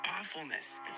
awfulness